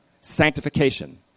sanctification